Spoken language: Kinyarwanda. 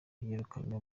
yirukanywe